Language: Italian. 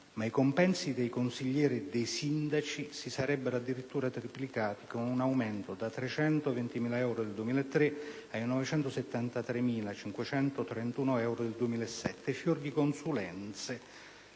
ma i compensi dei consiglieri e dei sindaci si sarebbero addirittura triplicati con un aumento da 320.000 euro nel 2003 a 973.531 nel 2007, senza considerare